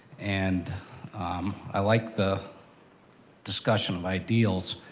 and i like the discussion of ideals.